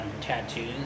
tattoos